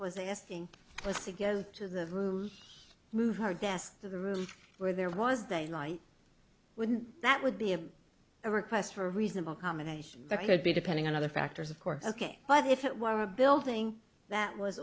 was asking was to go to the room move her desk to the room where there was daylight wouldn't that would be a request for a reasonable accommodation that could be depending on other factors of course ok but if it were a building that was